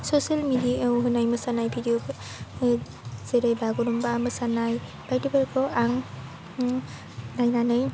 social मेडियायाव होनाय मोसानाय भिडिअफोर जेरै बागुरुम्बा मोसानाय बायदिफोरखौ आं नायनानै